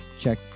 Check